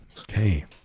Okay